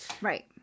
Right